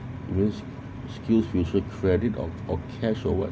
with skillsfuture credit of or cash or what